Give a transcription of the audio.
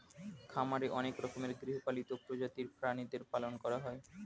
খামারে অনেক রকমের গৃহপালিত প্রজাতির প্রাণীদের পালন করা হয়